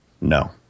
No